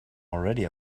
already